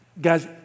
Guys